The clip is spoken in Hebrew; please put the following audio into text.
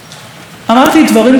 אמרתי דברים קשים,